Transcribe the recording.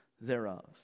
thereof